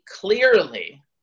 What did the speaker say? clearly